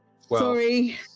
Sorry